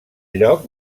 lloc